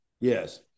yes